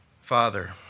Father